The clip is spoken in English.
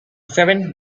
seventh